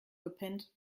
gepennt